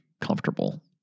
comfortable